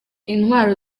intwaro